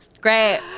Great